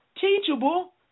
teachable